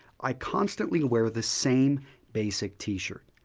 i constantly wear the same basic t-shirt,